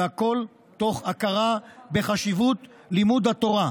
והכול תוך הכרה בחשיבות לימוד התורה.